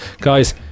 guys